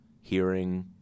hearing